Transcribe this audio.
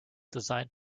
designed